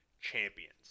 champions